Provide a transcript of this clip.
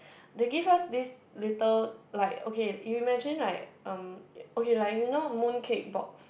they give us this little like okay you imagine like um okay like you know mooncake box